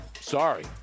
Sorry